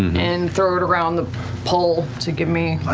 and throw it around the pole to give me